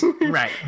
Right